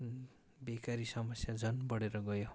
बेकारी समस्या झन् बढेर गयो